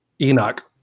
enoch